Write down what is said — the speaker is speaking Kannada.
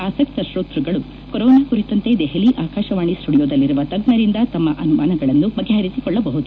ಆಸಕ್ತ ಶ್ರೋತೃಗಳು ಕೊರೊನಾ ಕುರಿತಂತೆ ದೆಹಲಿ ಆಕಾಶವಾಣಿ ಸ್ಪುಡಿಯೋದಲ್ಲಿರುವ ತಜ್ಞರಿಂದ ತಮ್ನ ಅನುಮಾನಗಳನ್ನು ಬಗೆಹರಿಸಿಕೊಳ್ಳಬಹುದು